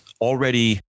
already